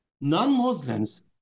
non-Muslims